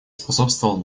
способствовал